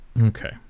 Okay